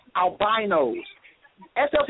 albinos